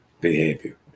behavior